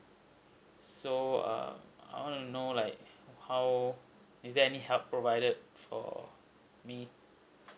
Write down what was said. so err I want to know like how is there any help provided for me